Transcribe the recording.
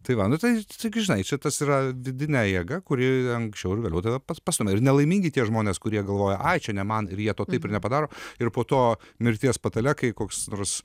tai va nu tai čia gi žinai čia tas yra vidinė jėga kuri anksčiau ar vėliau tave pastumia ir nelaimingi tie žmonės kurie galvoja ai čia ne man ir jie to taip ir nepadaro ir po to mirties patale kai koks nors